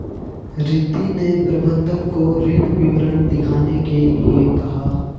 रिद्धी ने प्रबंधक को ऋण विवरण दिखाने के लिए कहा